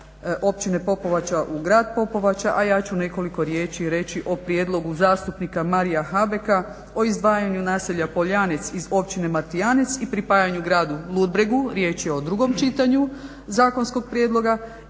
Općine Popovača u Grad Popovača a ja ću nekoliko riječi reći o prijedlogu zastupnika Maria Habeka o izdvajanju naselja Poljanec iz Općine Martijanec i pripajanju Gradu Ludbregu, riječ je o 2. čitanju zakonskog prijedloga